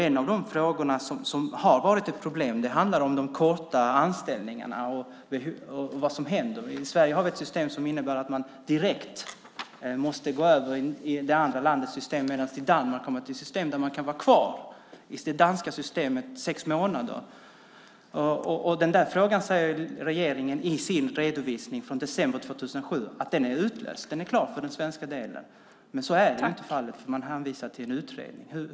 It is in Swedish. En av de frågor som varit ett problem gäller de korta anställningarna och vad som då händer. I Sverige har vi ett system som innebär att man direkt måste gå över till det andra landets system medan man i Danmark har ett system som innebär att man kan vara kvar i det danska systemet sex månader. I sin redovisning från december 2007 säger regeringen att den frågan är löst, att den är klar för Sveriges del. Men så är inte fallet, för man hänvisar till en utredning.